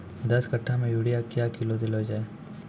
दस कट्ठा मे यूरिया क्या किलो देलो जाय?